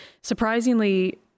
surprisingly